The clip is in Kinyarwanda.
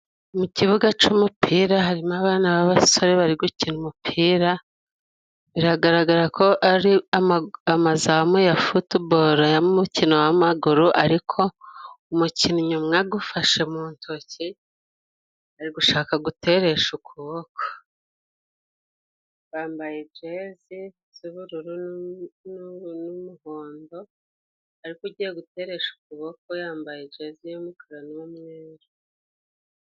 Mu kibuga c'umupira harimo abana b'abasore bari gukina umupira. Biragaragara ko ari ama amazamu ya futubolo y'umukino w'amaguru, ariko umukinnyi umwe agufashe mu ntoki ari gushaka guteresha ukuboko. Bambaye jezi z'ubururu n'umu n'umuhondo ariko ugiye guteresha ukuboko, yambaye jezi y'umukara n'umweru.